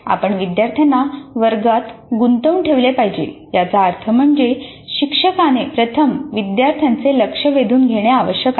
आपण विद्यार्थ्यांना वर्गात गुंतवून ठेवले पाहिजे याचा अर्थ म्हणजे शिक्षकाने प्रथम विद्यार्थ्यांचे लक्ष वेधून घेणे आवश्यक आहे